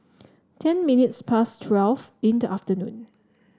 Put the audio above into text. ten minutes past twelve in the afternoon